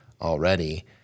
already